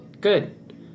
Good